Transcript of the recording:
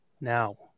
now